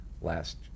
last